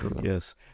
Yes